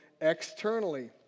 externally